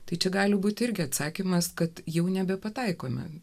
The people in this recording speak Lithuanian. tai čia gali būti irgi atsakymas kad jau nebe pataikome